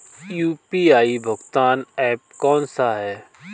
UPI भुगतान app कौन सा है?